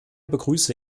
begrüße